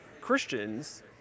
Christians